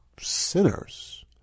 sinners